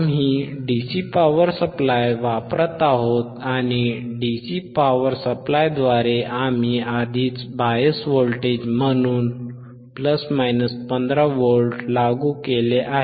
आम्ही DC power supply वापरत आहोत आणि डीसी पॉवर सप्लाय द्वारे आम्ही आधीच बायस व्होल्टेज म्हणून ±15 व्होल्ट लागू केले आहेत